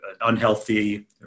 unhealthy